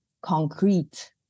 concrete